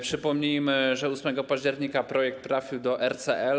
Przypomnijmy, że 8 października projekt trafił do RCL.